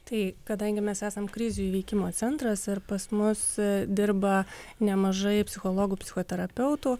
tai kadangi mes esam krizių įveikimo centras ir pas mus dirba nemažai psichologų psichoterapeutų